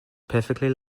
perfectly